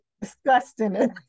disgusting